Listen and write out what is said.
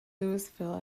louisville